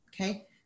okay